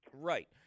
Right